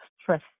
stress